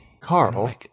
Carl